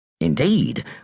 Indeed